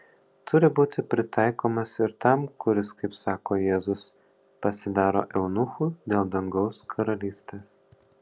turi būti pritaikomas ir tam kuris kaip sako jėzus pasidaro eunuchu dėl dangaus karalystės